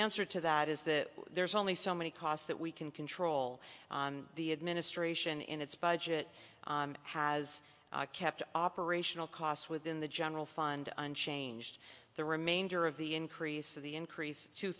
answer to that is that there's only so many costs that we can control the administration in its budget and has kept operational costs within the general fund unchanged the remainder of the increase of the increase two